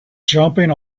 jumping